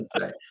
right